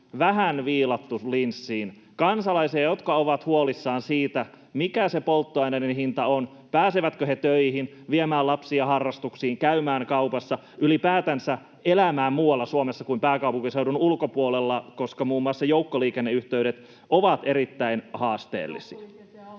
vähän viilattu linssiin — kansalaisia, jotka ovat huolissaan siitä, mikä se polttoaineiden hinta on, pääsevätkö he töihin, viemään lapsia harrastuksiin, käymään kaupassa, ylipäätänsä elämään muualla Suomessa, pääkaupunkiseudun ulkopuolella, koska muun muassa joukkoliikenneyhteydet ovat erittäin haasteellisia.